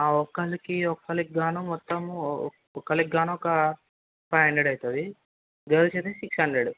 ఒక్కళ్ళకి ఒక్కళ్ళకి గాను మొత్తం ఒక్కళ్ళకి గాను ఒక ఫైవ్ హండ్రెడ్ అవుతుంది గర్ల్స్ అయితే సిక్స్ హండ్రెడ్